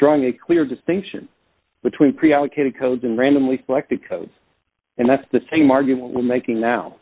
drawing a clear distinction between pre allocated codes and randomly selected codes and that's the same argument we're making now